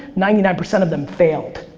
ninety nine percent of them failed.